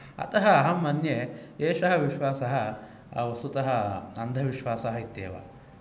अतः अहं मन्ये एषः विश्वासः वस्तुतः अन्धविश्वासः इत्येव